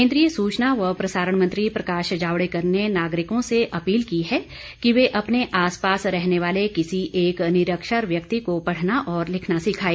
केन्द्रीय सूचना व प्रसारण मंत्री प्रकाश जावड़ेकर ने नागरिकों से अपील की है कि वह अपने आस पास रहने वाले किसी एक निरक्षर व्यक्ति को पढ़ना और लिखना सिखाए